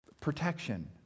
protection